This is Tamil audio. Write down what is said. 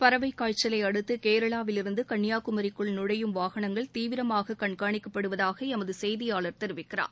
பறவைக் காய்ச்சலை அடுத்து கேரளாவிலிருந்து கன்னியாகுமரிக்குள் நுழையும் வாகனங்கள் தீவிரமாக கண்காணிக்கப்படுவதாக எமது செய்தியாளர் தெரிவிக்கிறார்